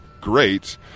great